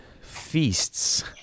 feasts